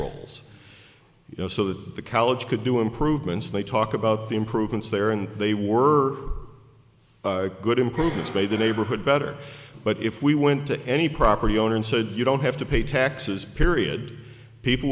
rolls you know so the college could do improvements they talk about the improvements there and they were good improvements by the neighborhood better but if we went to any property owner and said you don't have to pay taxes period people